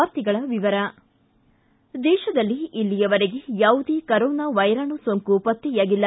ವಾರ್ತೆಗಳ ವಿವರ ದೇತದಲ್ಲಿ ಇಲ್ಲಿಯವರೆಗೆ ಯಾವುದೇ ಕರೋನಾ ವೈರಾಣು ಸೋಂಕು ಪತ್ತೆಯಾಗಿಲ್ಲ